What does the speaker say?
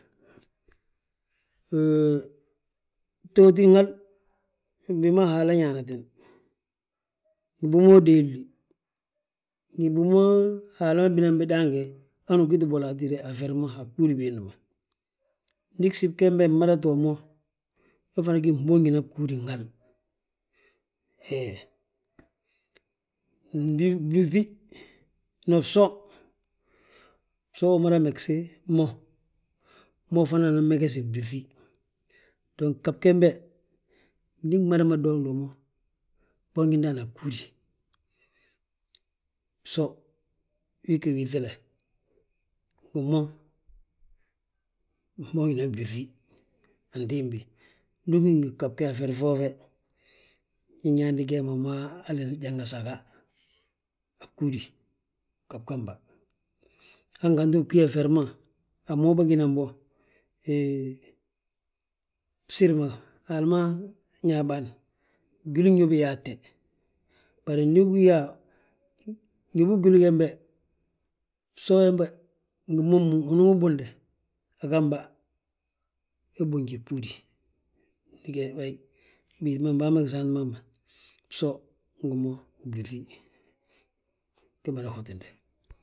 Hoo, btootin hal, bi ma Haala ñaanatin, ngi bima udéeli, ngi bima Haala ma binan bi daange hanu ugi bolo hatide a feri ma a bgúudi biindi ma. Ndi gsibi gembe gmada too mo, we fana gí fmboonji bgúudi hal he. Blúŧi, non bso, bso umada megesi mo, mo fana anan megesi blúŧi dong ghab gembe ndi gmada mo dooŋli mo gboonji ndaani a bgúudi. Bso wii ggi wii ŧile, mbo mo, mo gínan blúŧi. Antimbi ndu ugí ngi ghab ge a feri foo fe, inyaande gee ma gmaa hali mada saga a bgúudi, ghab gamba. Hanga ugí yaa feri ma a mo bâginan bo, hee bsiri ma Haali ma ñaa bâan, gwili gñóbe yaatte. Bari ndu ugi yaa, ñóbi gwili gembe, bso wembe ngi momu unan wi bunde a gamba, we boonji bgúudi. Ndi ge wayi, béedi ma bamba nsaant bà hamma, bso, ngi mo, blúŧi, ge mada hotinde.